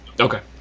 Okay